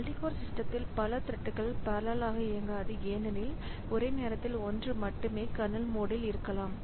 multi core சிஸ்டத்தில் பல த்ரெட்கள் பெரலல்லாக இயங்காது ஏனெனில் ஒரே நேரத்தில் 1 மட்டுமே கர்னல் மோடில் இருக்கலாம்